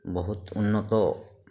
ବହୁତ ଉନ୍ନତ